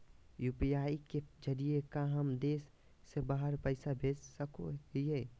UPI के जरिए का हम देश से बाहर पैसा भेज सको हियय?